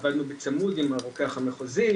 עבדנו בצמוד עם הרוקח המחוזי,